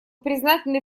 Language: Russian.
признательны